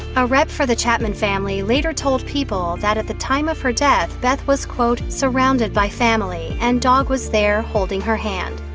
a rep for the chapman family later told people that at the time of her death, beth was quote, surrounded by family, and dog was there, holding her hand.